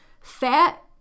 fat